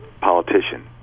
politician